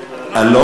כמה תשלומי הורים,